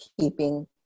keeping